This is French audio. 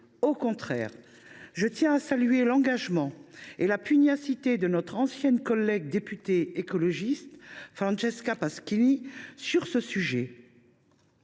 Au contraire, je tiens à saluer l’engagement et la pugnacité de notre ancienne collègue députée écologiste Francesca Pasquini sur ce sujet.